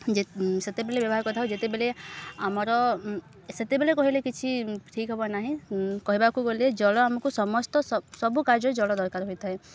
ଯେ ସେତେବେଳେ ବ୍ୟବହାର କରିଥାଉ ଯେତେବେଳେ ଆମର ସେତେବେଳେ କହିଲେ କିଛି ଠିକ୍ ହବ ନାହିଁ କହିବାକୁ ଗଲେ ଜଳ ଆମକୁ ସମସ୍ତ ସ ସବୁ କାର୍ଯ୍ୟ ଜଳ ଦରକାର ହୋଇଥାଏ